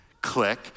click